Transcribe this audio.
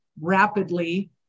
rapidly